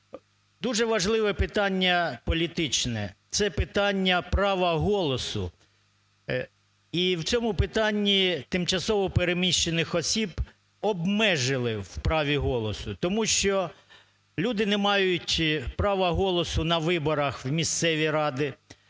Дуже важливе питання політичне - це питання права голосу. І в цьому питанні тимчасово переміщених осіб обмежили в праві голосу, тому що люди не мають права голосу на виборах в місцеві ради,